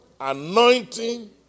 anointing